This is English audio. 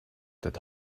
that